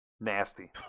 Nasty